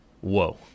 Whoa